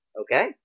Okay